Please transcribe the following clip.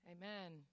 Amen